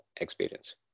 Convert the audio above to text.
experience